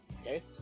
okay